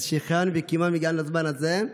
שהחיינו וקיימנו והגיענו לזמן הזה.